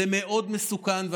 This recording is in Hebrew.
זה מסוכן מאוד,